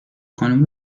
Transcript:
خانوم